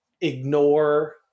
ignore